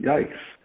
Yikes